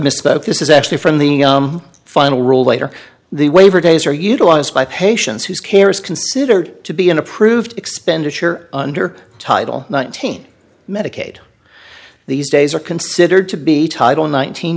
misspoke this is actually from the final rule later the waiver days are utilized by patients whose care is considered to be an approved expenditure under title nineteen medicaid these days are considered to be title nineteen